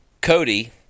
Cody